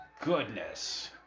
goodness